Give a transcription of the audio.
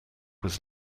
was